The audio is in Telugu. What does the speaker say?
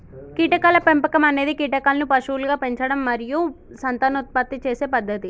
కీటకాల పెంపకం అనేది కీటకాలను పశువులుగా పెంచడం మరియు సంతానోత్పత్తి చేసే పద్ధతి